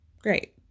Great